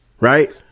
right